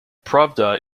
pravda